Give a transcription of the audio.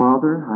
Father